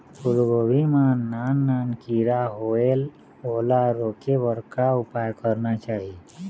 फूलगोभी मां नान नान किरा होयेल ओला रोके बर का उपाय करना चाही?